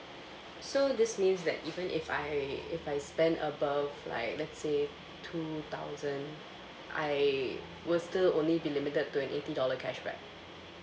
so this means that even if I if I spend above like let's say two thousand I will still only be limited to an eighty dollar cashback